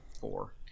four